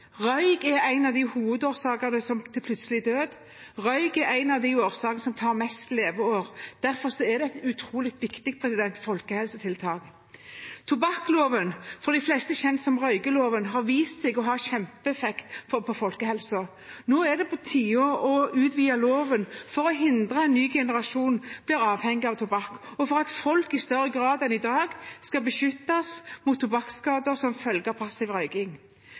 Røyk er en av hovedårsakene til plutselig død. Røyk er en av årsakene til flest tapte leveår. Derfor er dette et utrolig viktig folkehelsetiltak. Tobakksskadeloven, for de fleste kjent som «røykeloven», har vist seg å ha en kjempeeffekt på folkehelsen. Nå er det på tide å utvide loven for å hindre at en ny generasjon blir avhengig av tobakk, og for at folk i større grad enn i dag skal beskyttes mot tobakksskader som følge av passiv røyking.